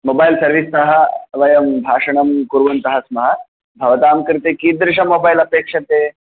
mobile सर्विस्तः वयं भाषणं कुर्वन्तः स्मः भवतां कृते कीदृशं मोबैल् अपेक्षते